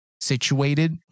situated